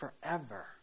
forever